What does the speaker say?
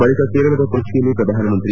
ಬಳಿಕ ಕೇರಳದ ಕೊಟ್ಟಿಯಲ್ಲಿ ಪ್ರಧಾನಮಂತ್ರಿ